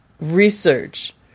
research